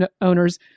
owners